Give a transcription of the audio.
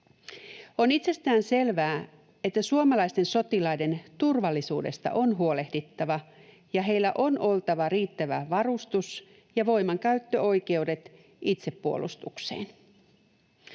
On itsestäänselvää, että suomalaisten sotilaiden turvallisuudesta on huolehdittava ja heillä on oltava riittävä varustus ja voimankäyttöoikeudet itsepuolustukseen.